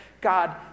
God